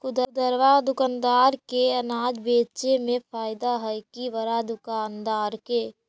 खुदरा दुकानदार के अनाज बेचे में फायदा हैं कि बड़ा दुकानदार के?